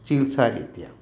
चिकित्सारीत्याम्